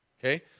okay